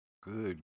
Good